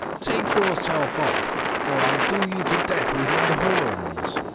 take yourself off, or i'll do you to death with my horns.